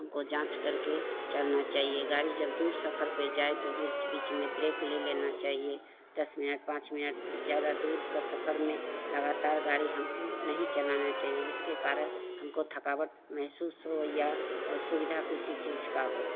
हमको जाँच करके चलना चाहिए गाड़ी जब दूर सफ़र पर जाए तो बीच बीच में ब्रेक ले लेना चाहिए दस मिनट पाँच मिनट ज़्यादा दूर के सफ़र में लगातार गाड़ी हमको नहीं चलाना चाहिए जिसके कारण हमको थकावट महसूस हो या असुविधा किसी चीज़ की हो